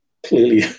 Clearly